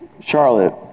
Charlotte